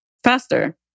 Faster